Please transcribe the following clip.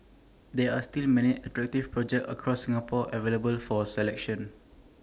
there are still many attractive projects across Singapore available for selection